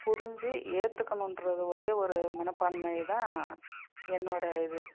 புரிஞ்சு ஏற்றுக்கணுன்ற ஒரே ஒரு மனப்பான்மை தான் என்னோடய இது